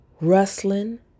rustling